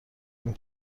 این